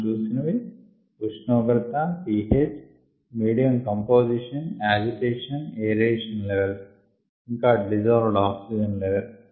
మనం చూసినవి ఉష్ణోగ్రత pH medium composition agitation aeration levels ఇంకా డిజాల్వ్డ్ ఆక్సిజన్ లెవల్